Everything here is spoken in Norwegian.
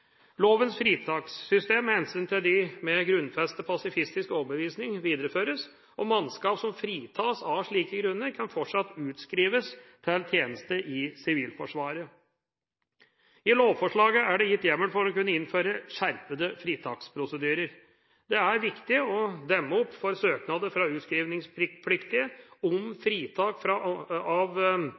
Lovens fritakssystem med hensyn til dem med grunnfestet pasifistisk overbevisning videreføres, og mannskaper som fritas av slike grunner, kan fortsatt utskrives til tjeneste i Sivilforsvaret. I lovforslaget er det gitt hjemmel for å kunne innføre skjerpede fritaksprosedyrer. Det er viktig å demme opp for søknader fra utskrivningspliktige om fritak ut fra